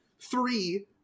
Three